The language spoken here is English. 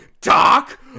Doc